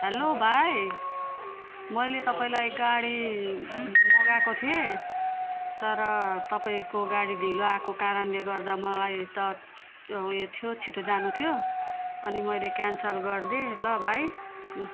hello भाइ मैले तपाईँलाई गाडी मगाएको थिएँ तर तपाईँको गाडी ढिलो आएको कारणले गर्दा मलाई त उयो थियो छिटो जानु थियो अनि मैले क्यान्सल गरिदिए ल भाई